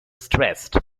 stressed